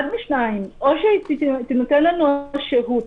אחד משניים: או שתינתן לנו השהות